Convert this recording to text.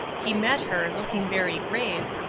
he met her, looking very grave,